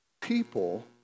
people